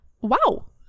Wow